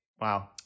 Wow